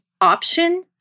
option